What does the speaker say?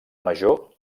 major